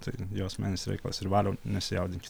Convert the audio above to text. tai jo asmeninis reikalas ir valiau nesijaudinkit